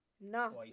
No